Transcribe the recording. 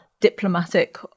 diplomatic